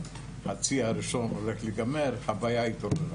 ה-21, החוויה התעוררה.